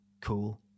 cool